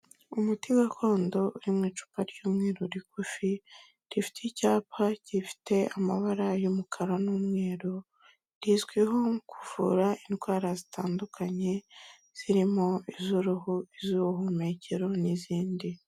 Umuti gakondo uri mu icupa ry'umweru rigufi, rifite icyapa gifite amabara y'umukara n'umweru, rizwiho kuvura indwara zitandukanye zirimo iz'uruhu, iz'ubuhumekero n'izindi.